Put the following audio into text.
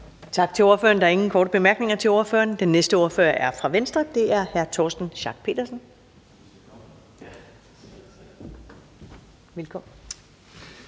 Tak til ordføreren. Der er ingen korte bemærkninger. Og den næste ordfører er fra Venstre, og det er hr. Torsten Schack Pedersen. Kl.